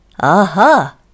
Aha